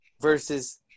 versus